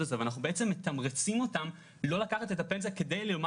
את זה ואנחנו מתמרצים אותם לא לקחת את הפנסיה כדי לומר